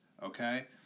okay